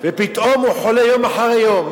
ופתאום הוא חולה יום אחרי יום.